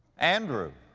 andrew,